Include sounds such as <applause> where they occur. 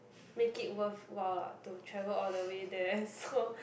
make it worthwhile lah to travel all the way there so <breath>